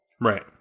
Right